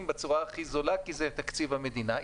בצורה הכי זולה כי זה תקציב המדינה.